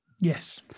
Yes